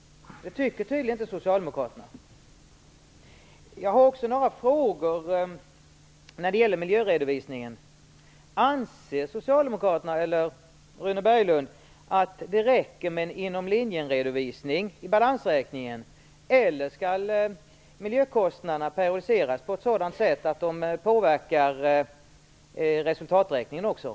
Det tycker tydligen inte socialdemokraterna. Jag har också några frågor när det gäller miljöredovisningen. Anser Rune Berglund att det räcker med en inom-linjen-redovisning i balansräkningen eller skall miljökostnaderna periodiseras på ett sådant sätt att de påverkar resultaträkningen också?